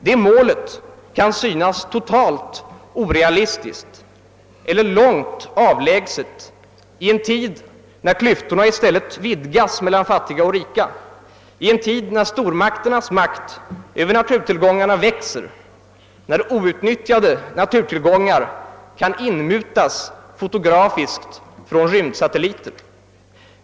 Det målet kan synas totalt orealistiskt eller långt avlägset i en tid då klyftorna i stället vidgas mellan fattiga och rika, när stormakternas makt över naturtillgångarna växer, när outnyttjade naturtillgångar kan inmutas fotografiskt från rymdsatelliter.